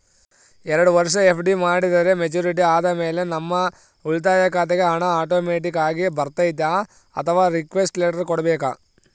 ಎರಡು ವರುಷ ಎಫ್.ಡಿ ಮಾಡಿದರೆ ಮೆಚ್ಯೂರಿಟಿ ಆದಮೇಲೆ ನಮ್ಮ ಉಳಿತಾಯ ಖಾತೆಗೆ ಹಣ ಆಟೋಮ್ಯಾಟಿಕ್ ಆಗಿ ಬರ್ತೈತಾ ಅಥವಾ ರಿಕ್ವೆಸ್ಟ್ ಲೆಟರ್ ಕೊಡಬೇಕಾ?